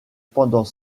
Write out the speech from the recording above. pendant